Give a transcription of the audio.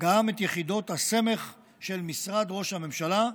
גם את יחידות הסמך של משרד ראש הממשלה,